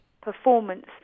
performance